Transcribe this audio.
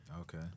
Okay